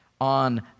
On